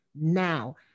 now